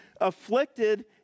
afflicted